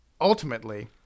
ultimately